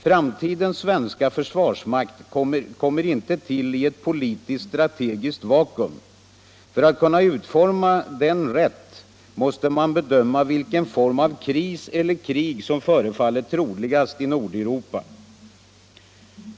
Framtidens svenska försvarsmakt kommer inte till i ett politisk-strategiskt vakuum. För att kunna utforma den rätt måste man bedöma vilken form av kris eller krig som förefaller troligast i Nordeuropa.